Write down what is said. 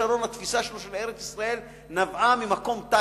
התפיסה של אריאל שרון את ארץ-ישראל נבעה ממקום טקטי.